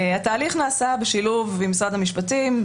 התהליך נעשה בשילוב עם משרד המשפטים,